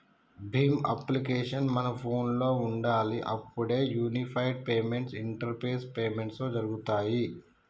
Bhim application మన ఫోనులో ఉండాలి అప్పుడే యూనిఫైడ్ పేమెంట్స్ ఇంటరపేస్ పేమెంట్స్ జరుగుతాయ్